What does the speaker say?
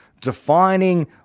defining